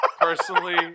personally